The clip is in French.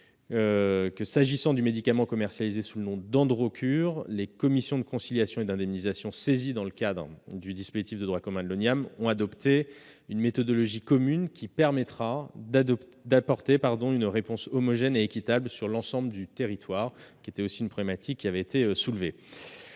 que, s'agissant du médicament commercialisé sous le nom d'Androcur, les commissions de conciliation et d'indemnisation saisies dans le cadre du dispositif de droit commun de l'Oniam ont adopté une méthodologie commune, qui permettra d'apporter une réponse homogène et équitable sur l'ensemble du territoire. Dans ces conditions, la mise en